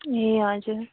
ए हजुर